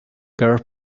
car